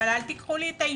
אבל אל תיקחו לי את האישור.